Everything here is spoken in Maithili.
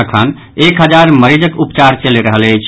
अखन एक हजार मरीजक उपचार चलि रहल अछि